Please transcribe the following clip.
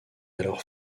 alors